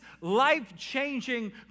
life-changing